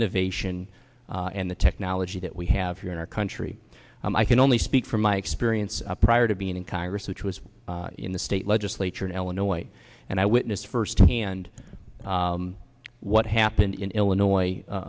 innovation and the technology that we have here in our country i can only speak from my experience prior to being in congress which was in the state legislature in illinois and i witnessed firsthand what happened in illinois u